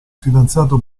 fidanzato